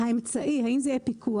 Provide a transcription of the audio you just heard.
האמצעי האם זה יהיה פיקוח,